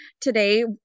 today